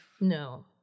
No